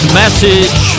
message